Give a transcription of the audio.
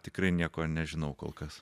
tikrai nieko nežinau kol kas